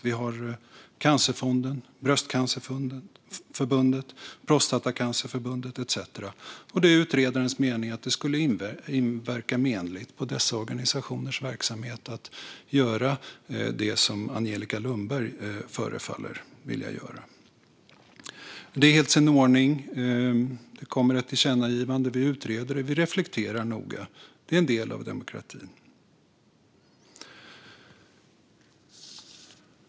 Vi har Cancerfonden, Bröstcancerförbundet, Prostatacancerförbundet etcetera. Det är utredarens mening att det skulle inverka menligt på dessa organisationers verksamhet att göra det som Angelica Lundberg förefaller vilja göra. Detta är helt i sin ordning. Det kommer ett tillkännagivande. Vi utreder. Vi reflekterar noga. Detta är en del av demokratin.